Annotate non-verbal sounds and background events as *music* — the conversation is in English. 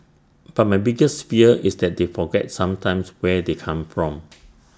but my bigger *unintelligible* fear is that they forget sometimes where they come from